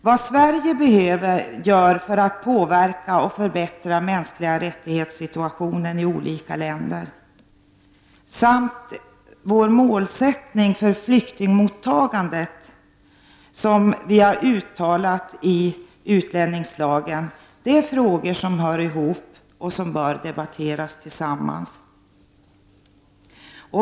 Vad Sverige gör för att påverka och förbättra situationen för mänskliga rättigheter i olika länder samt vår målsättning för flyktingmottagandet, som det är uttalat i utlänningslagen, är frågor som hör ihop och som bör debatteras tillsammans.